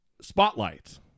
Spotlight